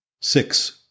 Six